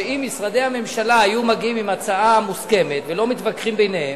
שאם משרדי הממשלה היו מגיעים עם הצעה מוסכמת ולא מתווכחים ביניהם,